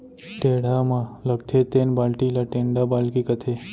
टेड़ा म लगथे तेन बाल्टी ल टेंड़ा बाल्टी कथें